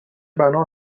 بنا